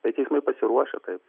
tai teismai pasiruošę taip